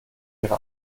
ihre